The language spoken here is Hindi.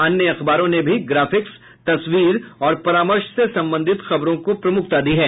अन्य अखबारों ने भी ग्राफिक्स तस्वीर और परामर्श से संबंधित खबरों को प्रमुखता दी है